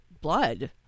blood